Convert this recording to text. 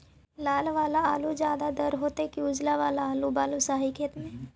लाल वाला आलू ज्यादा दर होतै कि उजला वाला आलू बालुसाही खेत में?